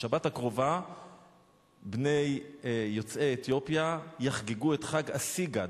בשבת הקרובה בני יוצאי אתיופיה יחגגו את ה"סיגד",